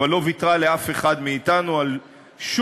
אבל לא ויתרה לאף אחד מאתנו על שום